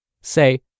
say